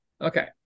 Okay